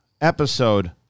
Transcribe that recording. episode